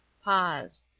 pause.